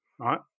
right